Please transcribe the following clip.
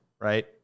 right